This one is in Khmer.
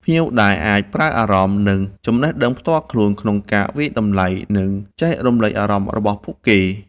ដែលភ្ញៀវអាចប្រើអារម្មណ៍ និងចំណេះដឹងផ្ទាល់ខ្លួនក្នុងការវាយតម្លៃ និងចែករំលែកអារម្មណ៍របស់ពួកគេ។